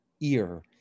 ear